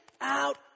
out